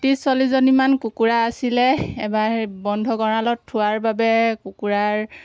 ত্ৰিছ চল্লিছজনীমান কুকুৰা আছিলে এবাৰ বন্ধ গঁড়ালত থোৱাৰ বাবে কুকুৰাৰ